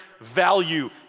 value